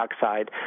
dioxide